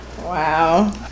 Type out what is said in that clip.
wow